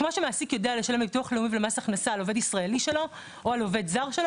כמו שמעסיק יודע לשלם לביטוח לאומי ומס הכנסה לעובד ישראלי או לעובד זר,